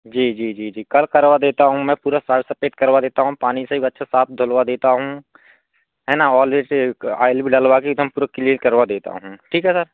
जी जी जी जी कल करवा देता हूँ मैं पूरा सारी सफ़ेद करवा देता हूँ पानी से आप धुलवा देता हूँ है ना और जैसे ऑयल भी डलवा देता हूँ पूरा क्लीन करवा देता हूँ ठीक है सर